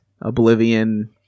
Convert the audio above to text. oblivion